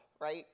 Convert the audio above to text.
Right